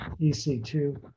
EC2